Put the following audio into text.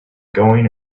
going